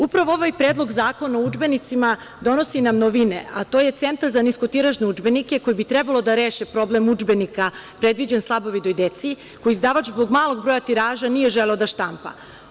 Upravo ovaj Predlog zakona o udžbenicima donosi nam novine, a to je cena za niskotiražne udžbenike, koji bi trebalo da reše problem udžbenika predviđen slabovidoj deci koje izdavač zbog malog broja tiraža nije želeo da štampa.